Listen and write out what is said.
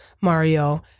Mario